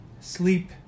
Sleep